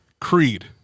Creed